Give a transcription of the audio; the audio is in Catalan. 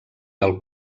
del